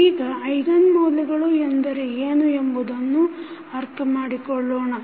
ಈಗ ಐಗನ್ ಮೌಲ್ಯಗಳು ಎಂದರೆ ಏನು ಎಂಬುದನ್ನು ಅರ್ಥ ಮಾಡಿಕೊಳ್ಳೋಣ